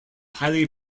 highly